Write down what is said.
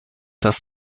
das